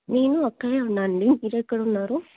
నేను అక్కడే ఉన్నాను అండి మీరు ఎక్కడ ఉన్నారు